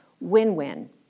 Win-win